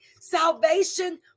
Salvation